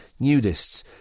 Nudists